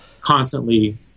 constantly